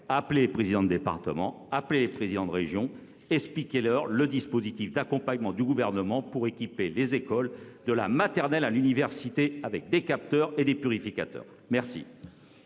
maires, les présidents de département et les présidents de région, expliquez-leur le dispositif d'accompagnement du Gouvernement pour équiper les écoles, de la maternelle à l'université, avec des capteurs de CO2 et des purificateurs. La